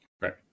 Right